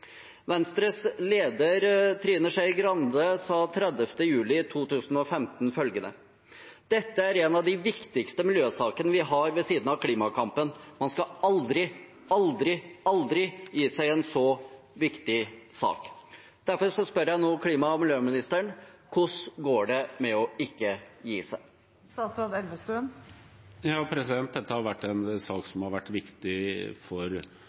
Venstres leder, Trine Skei Grande, sa den 30. juli 2015 følgende: «Dette er en av de viktigste miljøsakene vi har ved siden av klimakampen. Man skal aldri, aldri, aldri gi seg i så viktige saker.» Derfor spør jeg nå klima- og miljøministeren: Hvordan går det med ikke å gi seg? Dette har vært en sak som har vært viktig for